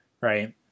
right